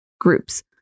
groups